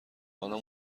آنها